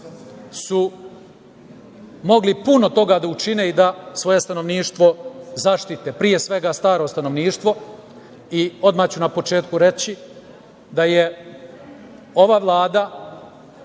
su mogli puno toga da učine i da svoje stanovništvo zaštite, pre svega, staro stanovništvo. Odmah ću na početku reći da je ova Vlada